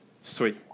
sweet